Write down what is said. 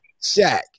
Shaq